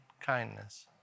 kindness